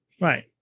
Right